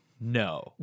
No